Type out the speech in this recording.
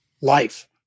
life